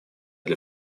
для